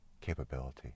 capability